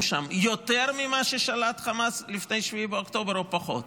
שם יותר ממה ששלט חמאס לפני 7 באוקטובר או פחות?